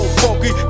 funky